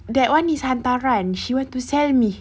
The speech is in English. that one is hantaran she want to sell me